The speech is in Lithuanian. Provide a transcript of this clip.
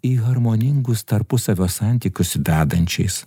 į harmoningus tarpusavio santykius vedančiais